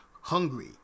hungry